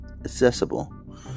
accessible